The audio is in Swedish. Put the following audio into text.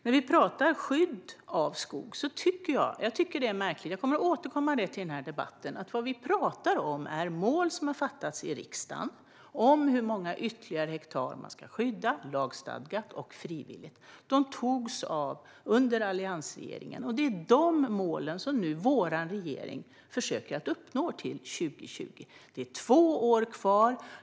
Vad vi talar om när vi talar om skydd av skog - jag tycker att det är märkligt, och jag kommer att återkomma till det i denna debatt - är mål som har beslutats i riksdagen för hur många ytterligare hektar man ska skydda, lagstadgat och frivilligt. De målen antogs under alliansregeringen, och det är de målen som vår regering försöker uppnå till 2020. Det är två år kvar.